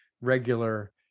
regular